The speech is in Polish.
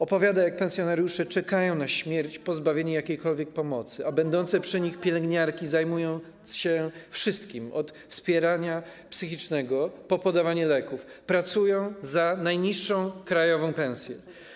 Opowiada, jak pensjonariusze czekają na śmierć, pozbawieni jakiejkolwiek pomocy, a będące przy nich pielęgniarki, zajmując się wszystkim - od wspierania psychicznego po podawanie leków - pracują za najniższą krajową pensję.